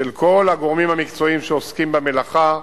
כל הגורמים המקצועיים שעוסקים במלאכה.